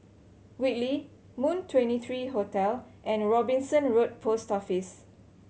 Whitley Moon Twenty three Hotel and Robinson Road Post Office